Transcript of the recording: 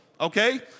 Okay